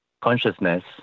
consciousness